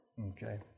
Okay